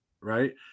Right